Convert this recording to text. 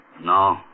No